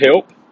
help